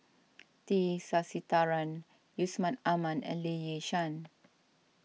T Sasitharan Yusman Aman and Lee Yi Shyan